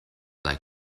like